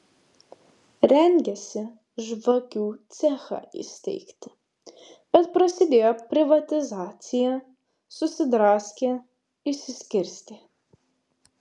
rengėsi žvakių cechą įsteigti bet prasidėjo privatizacija susidraskė išsiskirstė